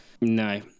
No